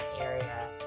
area